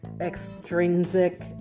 extrinsic